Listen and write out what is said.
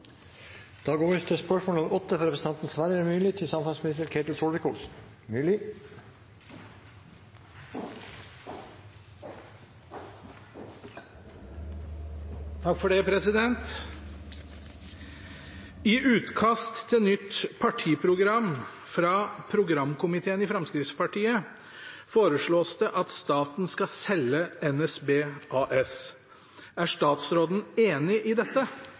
for veien videre. «I utkast til nytt partiprogram fra programkomiteen i Fremskrittspartiet foreslås det at staten skal selge NSB AS. Er statsråden enig i dette?»